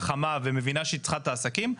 חכמה ומבינה שהיא צריכה את העסקים,